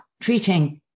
treating